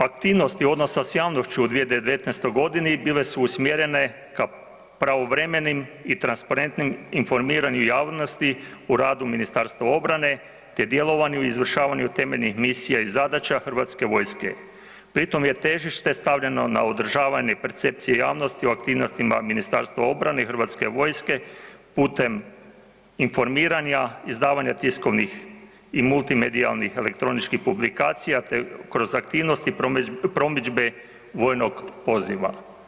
Aktivnosti odnosa s javnošću u 2019.-oj godini bile su usmjerene ka pravovremenim i transparentnim informiranju javnosti o radu Ministarstva obrane, te djelovanju i izvršavanju temeljnih misija i zadaća Hrvatske vojske, pri tome je težište stavljeno na održavanje percepcije javnosti u aktivnostima Ministarstva obrane i Hrvatske vojske putem informiranja, izdavanja tiskovnih i multimedijalnih elektroničkih publikacija, te kroz aktivnosti promidžbe vojnog poziva.